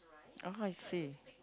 oh I see